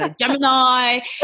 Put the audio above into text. Gemini